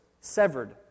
severed